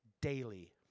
daily